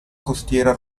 costiera